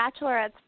bachelorettes